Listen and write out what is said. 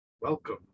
Welcome